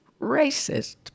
racist